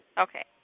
Okay